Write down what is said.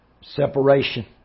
Separation